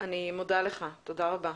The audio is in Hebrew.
אני מודה לך, תודה רבה.